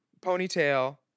ponytail